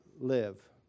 live